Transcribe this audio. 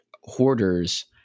hoarders